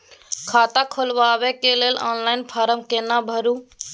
खाता खोलबेके लेल ऑनलाइन फारम केना भरु?